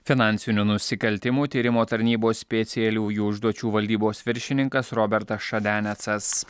finansinių nusikaltimų tyrimo tarnybos specialiųjų užduočių valdybos viršininkas robertas šadianecas